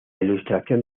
ilustración